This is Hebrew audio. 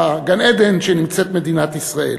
בגן-עדן שנמצאת בו מדינת ישראל.